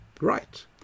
Right